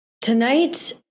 Tonight